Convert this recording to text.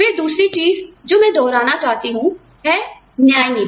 फिर दूसरी चीज जो मैं दोहराना चाहती हूं है न्यायनीति